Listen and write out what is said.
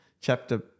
chapter